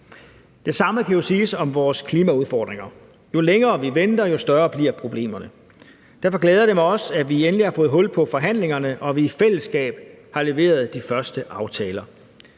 Det samme kan jo siges om vores klimaudfordringer: Jo længere vi venter, jo større bliver problemerne. Derfor glæder det mig også, at vi endelig har fået hul på forhandlingerne, og at vi i fællesskab har leveret de første aftaler.